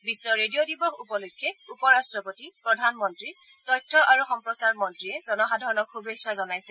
বিশ্ব radio দিৱস উপলক্ষে উপ ৰাষ্ট্ৰপতি প্ৰধানমন্ত্ৰী তথ্য আৰু সম্প্ৰচাৰ মন্ত্ৰীয়ে জনসাধাৰণক শুভেচ্ছা জনাইছে